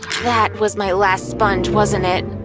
that was my last sponge, wasn't it?